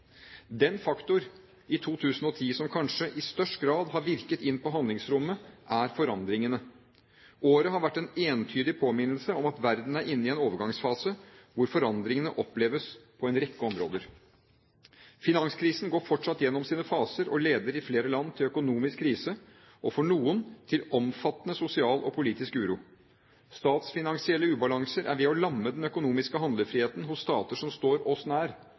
Den faktor som i 2010 kanskje i størst grad har virket inn på handlingsrommet, er forandringene. Året har vært en entydig påminnelse om at verden er inne i en overgangsfase, hvor forandringene oppleves på en rekke områder. Finanskrisen går fortsatt gjennom sine faser og leder i flere land til økonomisk krise og for noen til omfattende sosial og politisk uro. Statsfinansielle ubalanser er ved å lamme den økonomiske handlefriheten hos stater som står oss nær,